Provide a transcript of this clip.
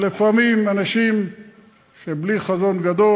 לפעמים אנשים בלי חזון גדול,